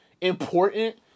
important